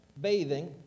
bathing